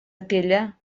aquella